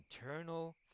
internal